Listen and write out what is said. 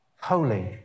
holy